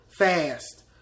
fast